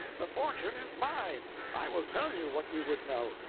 the fortune is mine! i will tell you what you would know.